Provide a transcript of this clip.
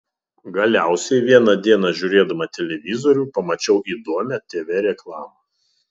galiausiai vieną dieną žiūrėdama televizorių pamačiau įdomią tv reklamą